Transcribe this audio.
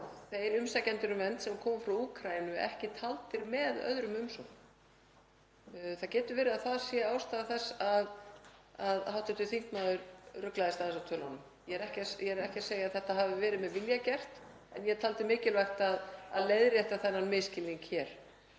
þeir umsækjendur um vernd sem koma frá Úkraínu víða í löndum Evrópu ekki taldir með öðrum umsækjendum. Það getur verið að það sé ástæða þess að hv. þingmaður ruglaðist aðeins á tölunum. Ég er ekki að segja að þetta hafi verið með vilja gert en ég taldi mikilvægt að leiðrétta þennan misskilning hér.